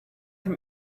him